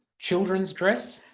children's dress